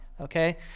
okay